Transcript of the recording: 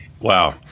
Wow